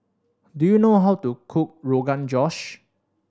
do you know how to cook Rogan Josh